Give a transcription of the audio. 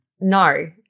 no